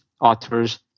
authors